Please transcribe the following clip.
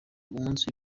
umunsi